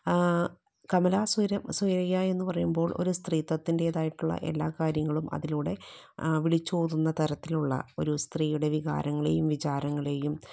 കമല സുര സുരയ്യ എന്നുപറയുമ്പോൾ ഒരു സ്ത്രീത്വത്തിൻ്റെതായിട്ടുള്ള എല്ലാ കാര്യങ്ങളും അതിലൂടെ വിളിച്ചോതുന്ന തരത്തിലുള്ള ഒരു സ്ത്രീയുടെ വികാരങ്ങളെയും വിചാരങ്ങളെയും